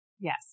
Yes